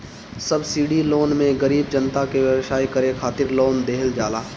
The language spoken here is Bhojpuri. सब्सिडी लोन मे गरीब जनता के व्यवसाय करे खातिर लोन देहल जाला